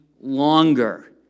longer